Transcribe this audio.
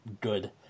good